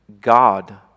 God